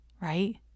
right